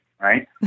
right